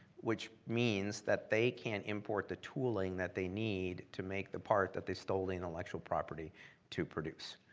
which means that they can't import the tooling that they need to make the part that they stole the intellectual property to produce.